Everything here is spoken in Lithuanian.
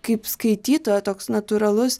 kaip skaitytojo toks natūralus